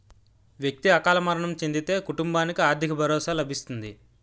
వ్యక్తి అకాల మరణం చెందితే కుటుంబానికి ఆర్థిక భరోసా లభిస్తుంది